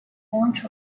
bunch